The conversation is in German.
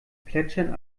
plätschern